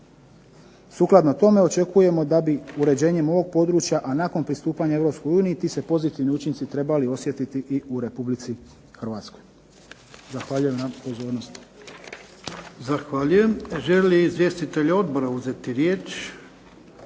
Sukladno tome očekujemo da bi uređenjem ovog područja, a nakon pristupanja Europskoj uniji ti se pozitivni učinci trebali osjetiti i u Republici Hrvatskoj. Zahvaljujem na pozornosti. **Jarnjak, Ivan (HDZ)** Zahvaljujem. Žele li izvjestitelji odbora uzeti riječ?